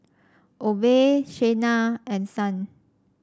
Obe Shayna and Son